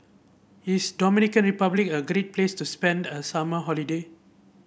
is Dominican Republic a great place to spend a summer holiday